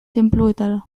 tenpluetara